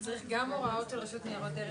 צריך גם הוראות של הרשות לניירות ערך,